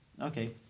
okay